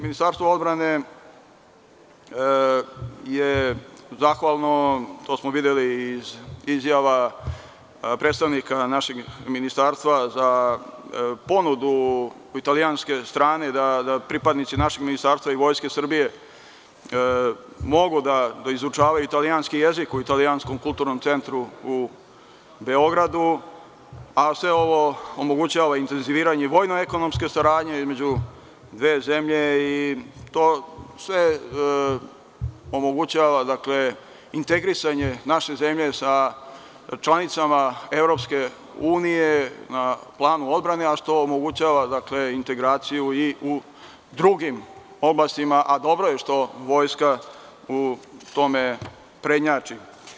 Ministarstvo odbrane je zahvalno, to smo videli iz izjava predstavnika našeg ministarstva za ponudu od italijanske strane da pripadnici našeg ministarstva i Vojske Srbije mogu da izučavaju italijanski jezik u italijanskom kulturnom centru u Beogradu, a sve ovo omogućava intenziviranje vojno-ekonomske saradnje između dve zemlje i to sve omogućava integrisanje naše zemlje sa članicama EU na planu odbrane, a što omogućava integraciju i u drugim oblastima, a dobro je što vojska u tome prednjači.